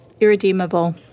Irredeemable